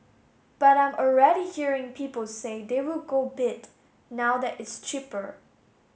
but I'm already hearing people say they will go bid now that it's cheaper